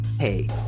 Hey